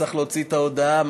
צריך להוציא את ההודעה.